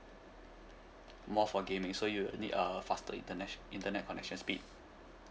more for gaming so you will need a faster internet internet connection speed